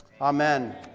amen